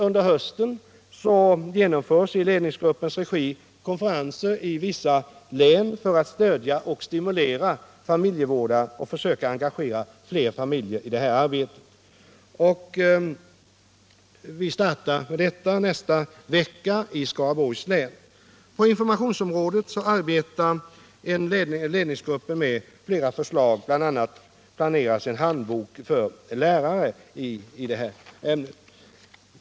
Under hösten genomförs i ledningsgruppens regi konferenser i vissa län för att stödja och stimulera familjevårdare och försöka engagera fler familjer i detta arbete. Vi startar med den verksamheten nästa vecka i Skaraborgs län. På informationsområdet arbetar ledningsgruppen med flera förslag; bl.a. planeras en handbok för lärare i detta ämne.